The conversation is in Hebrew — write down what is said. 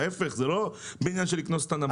להיפך, זה לא בעניין של לקנוס את הנמל.